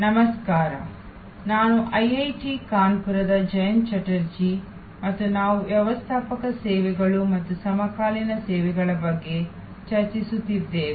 ನಮಸ್ಕಾರ ನಾನು ಐಐಟಿ ಕಾನ್ಪುರದ ಜಯಂತ ಚಟರ್ಜಿ ಮತ್ತು ನಾವು ವ್ಯವಸ್ಥಾಪಕ ಸೇವೆಗಳು ಮತ್ತು ಸಮಕಾಲೀನ ಸಮಸ್ಯೆಗಳ ಬಗ್ಗೆ ಚರ್ಚಿಸುತ್ತಿದ್ದೇವೆ